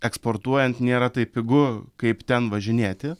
eksportuojant nėra taip pigu kaip ten važinėti